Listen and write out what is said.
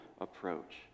approach